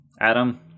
Adam